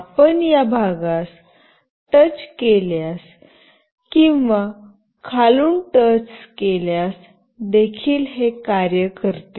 आपण या भागास टच केल्यास किंवा खालून टच केल्यास देखील हे कार्य करते